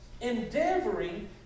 endeavoring